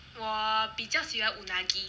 我比较喜欢 unagi